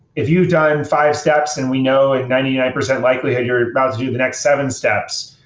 if you've done five steps and we know at ninety nine percent likelihood you're about to do the next seven steps,